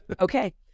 Okay